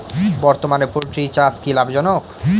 বর্তমানে পোলট্রি চাষ কি লাভজনক?